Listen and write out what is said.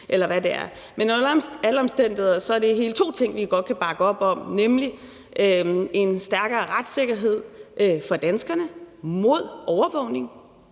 Men under alle omstændigheder er det hele to ting, vi godt kan bakke op om, nemlig en stærkere retssikkerhed for danskerne mod overvågning.